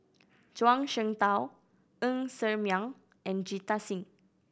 Zhuang Shengtao Ng Ser Miang and Jita Singh